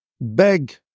beg